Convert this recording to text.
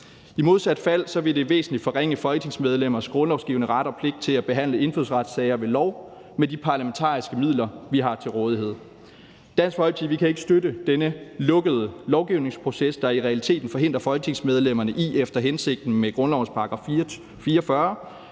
I modsat fald vil det væsentligt forringe folketingsmedlemmers grundlovsgivne ret og pligt til at behandle indfødsretssager ved lov med de parlamentariske midler, vi har til rådighed. I Dansk Folkeparti kan vi ikke støtte denne lukkede lovgivningsproces, der i realiteten forhindrer folketingsmedlemmerne i efter hensigten med grundlovens § 44